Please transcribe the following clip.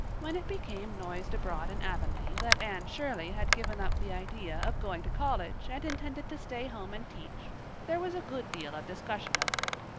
when it became noised abroad in avonlea that anne shirley had given up the idea of going to college and intended to stay home and teach there was a good deal of discussion over it.